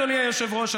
אדוני היושב-ראש,